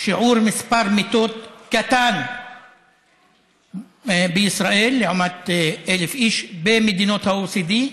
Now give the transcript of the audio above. שיעור מיטות קטן בישראל ל-1,000 איש לעומת מדינות ה-OECD,